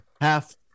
half